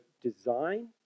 design